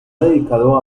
dedicado